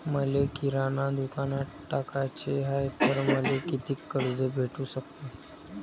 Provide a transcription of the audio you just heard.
मले किराणा दुकानात टाकाचे हाय तर मले कितीक कर्ज भेटू सकते?